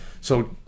So-